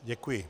Děkuji.